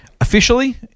Officially